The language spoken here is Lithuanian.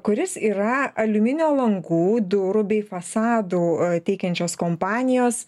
kuris yra aliuminio langų durų bei fasadų teikiančios kompanijos